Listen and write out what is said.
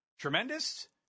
tremendous